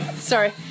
Sorry